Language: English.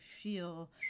feel